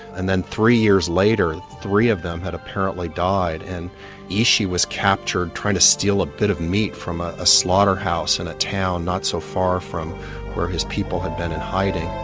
and then three years later three of them had apparently died and ishi was captured trying to steal a bit of meat from ah a slaughterhouse in a town not so far from where his people had been in hiding.